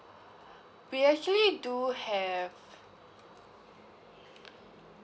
we actually do have